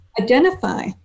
identify